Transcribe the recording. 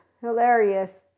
hilarious